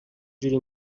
جوری